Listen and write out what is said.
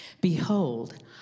Behold